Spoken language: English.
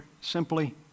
simply